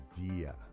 idea